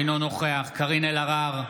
אינו נוכח קארין אלהרר,